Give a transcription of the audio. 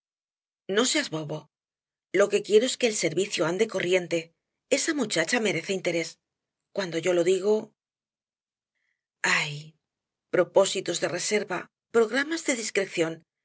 no seas bobo lo que quiero es que el servicio ande corriente esa muchacha merece interés cuando yo lo digo ay propósitos de reserva programas de discreción